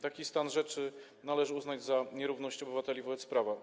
Taki stan rzeczy należy uznać za nierówność obywateli wobec prawa.